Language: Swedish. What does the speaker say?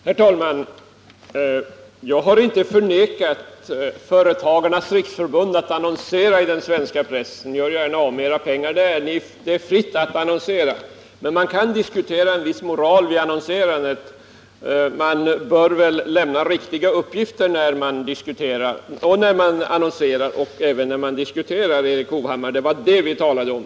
Herr talman! Jag har inte förvägrat Företagarnas riksförbund att annonsera i den svenska pressen. Gör gärna av med era pengar där. Det står er fritt att annonsera. Men man kan diskutera om inte en viss moral bör iakttas vid annonserandet. Man bör väl lämna riktiga uppgifter när man annonserar och även när man diskuterar, Erik Hovhammar. Det var det vi talade om.